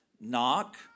Knock